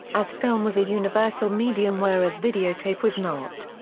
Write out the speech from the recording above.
as film was a universal medium whereas videotape was not.